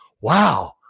wow